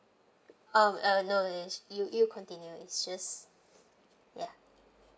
oh uh no is you you continue it's just ya